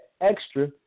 extra